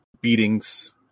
beatings